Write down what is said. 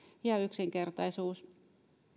ja yksinkertaisuus